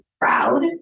proud